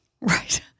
right